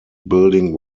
building